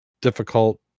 difficult